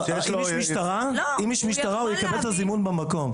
אם יש משטרה, הוא יקבל את הזימון במקום.